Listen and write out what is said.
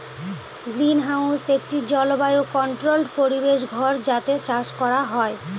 greenhouse একটি জলবায়ু controlled পরিবেশ ঘর যাতে চাষ করা হয়